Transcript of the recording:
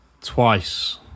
Twice